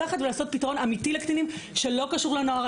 לקחת ולעשות פתרון אמיתי לקטינים שלא קשור לנוער.